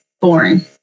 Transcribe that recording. boring